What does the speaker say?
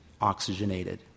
oxygenated